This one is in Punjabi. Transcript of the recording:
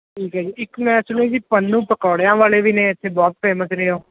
ਠੀਕ ਹੈ ਜੀ ਇੱਕ ਮੈਂ ਸੁਣਿਆ ਜੀ ਪੰਨੂ ਪਕੌੜਿਆਂ ਵਾਲੇ ਵੀ ਨੇ ਇਥੇ ਬਹੁਤ ਫੇਮਸ ਨੇ ਉਹ